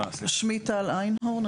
שמי טל איינהורן.